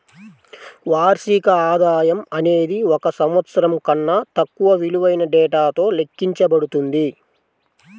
వార్షిక ఆదాయం అనేది ఒక సంవత్సరం కన్నా తక్కువ విలువైన డేటాతో లెక్కించబడుతుంది